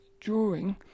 drawing